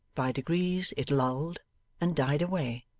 by degrees it lulled and died away,